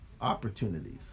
opportunities